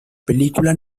película